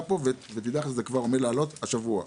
וזה כבר עומד לעלות השבוע.